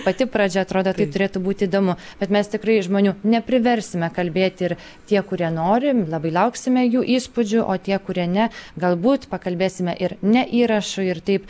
pati pradžia atrodo taip turėtų būt įdomu bet mes tikrai žmonių nepriversime kalbėti ir tie kurie nori labai lauksime jų įspūdžių o tie kurie ne galbūt pakalbėsime ir ne įrašui ir taip